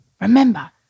Remember